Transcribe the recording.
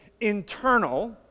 internal